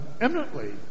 eminently